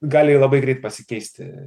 gali labai greit pasikeisti